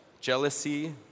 jealousy